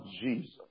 Jesus